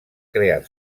crear